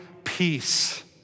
peace